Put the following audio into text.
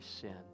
sin